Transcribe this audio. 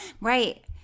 Right